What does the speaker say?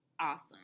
awesome